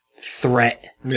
threat